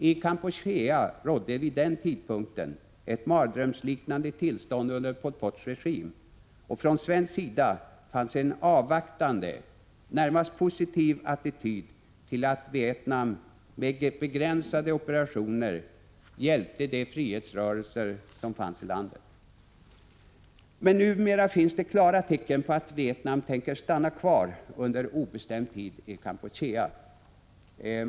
I Kampuchea rådde vid den tidpunkten ett mardrömsliknande tillstånd under Pol Pots regim, och från svensk sida fanns en avvaktande, närmast positiv attityd till att Vietnam med begränsade operationer hjälpte de frihetsrörelser som fanns i landet. Men numera finns det klara tecken på att Vietnam tänker stanna kvar under obestämd tid i Kampuchea.